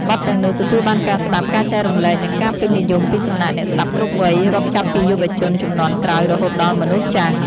បទទាំងនោះទទួលបានការស្ដាប់ ការចែករំលែក និងការពេញនិយមពីសំណាក់អ្នកស្ដាប់គ្រប់វ័យ រាប់ចាប់ពីយុវជនជំនាន់ក្រោយរហូតដល់មនុស្សចាស់ ។